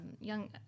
young